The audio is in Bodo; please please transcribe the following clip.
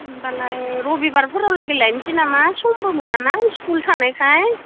होनबालाय रबिबारफोरावलागै लायनोसै नामा समबो मोनाना स्कुल थानायखाय